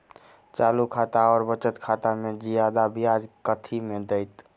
चालू खाता आओर बचत खातामे जियादा ब्याज कथी मे दैत?